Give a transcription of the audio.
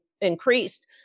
increased